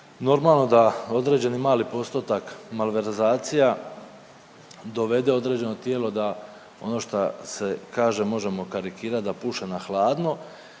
Normalo da određeni mali postotak malverzacija dovede određeno tijelo da ono šta se kaže možemo karikirati da puše na hladno,